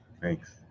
Thanks